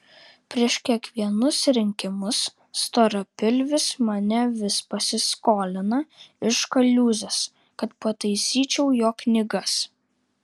prieš kiekvienus rinkimus storapilvis mane vis pasiskolina iš kaliūzės kad pataisyčiau jo knygas